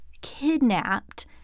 kidnapped